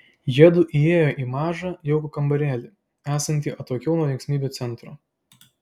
jiedu įėjo į mažą jaukų kambarėlį esantį atokiau nuo linksmybių centro